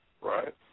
Right